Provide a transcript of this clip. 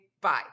Bye